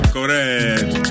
Correct